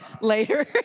later